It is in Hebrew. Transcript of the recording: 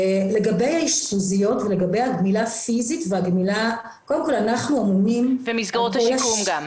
לגבי האשפוזיות ולגבי הגמילה הפיזית --- ומסגרות השיקום גם.